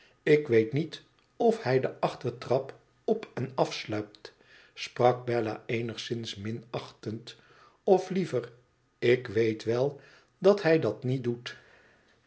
tik weet niet of hij de achtertrap op en afeluipt sprak bella eenigszins minachtend of liever ik weet wel dat hij dat niet doet